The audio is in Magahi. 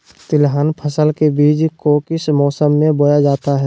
तिलहन फसल के बीज को किस मौसम में बोया जाता है?